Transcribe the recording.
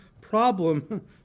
problem